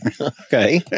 Okay